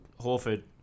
Horford